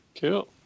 Cool